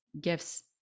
gifts